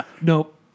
nope